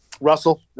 Russell